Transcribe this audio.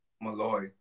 Malloy